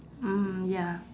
mm ya